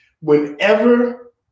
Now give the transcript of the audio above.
Whenever